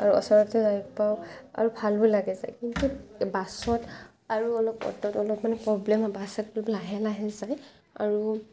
আৰু ওচৰতো যাই পাওঁ আৰু ভালো লাগে যাই কিন্তু বাছত আৰু অলপ অটোত অলপ মানে প্ৰব্লেম হয় বাছত লাহে লাহে যায় আৰু